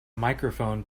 microphone